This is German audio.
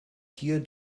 hier